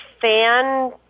fan